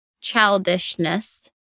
childishness